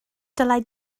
dylai